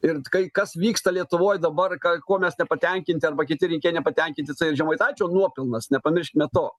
ir kai kas vyksta lietuvoj dabar ką kuo mes nepatenkinti arba kiti rinkėjai nepatenkinti tai ir žemaitaičio nuopelnas nepamirškime to